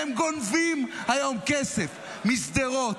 היום אתם גונבים כסף משדרות,